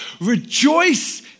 rejoice